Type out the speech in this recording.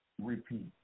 repeat